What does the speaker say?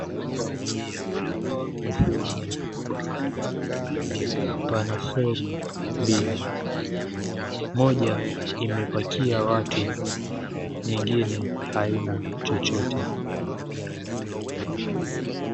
Ufuoni wa bahari pana feri mbili, moja imepakia watu, nyengine haina chochote.